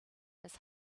his